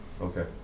Okay